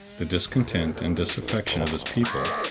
the discontent and disaffection of his people,